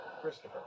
Christopher